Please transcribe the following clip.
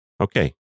okay